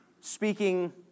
speaking